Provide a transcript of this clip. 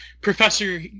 professor